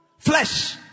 Flesh